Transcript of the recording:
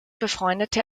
befreundete